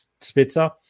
Spitzer